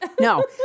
no